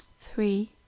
three